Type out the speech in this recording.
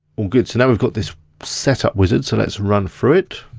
well good to know we've got this setup wizard, so let's run through it,